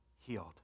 healed